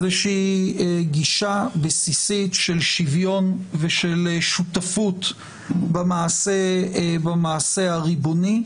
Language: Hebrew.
איזושהי גישה בסיסית של שוויון ושל שותפות במעשה הריבוני,